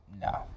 no